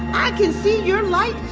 i can see your light,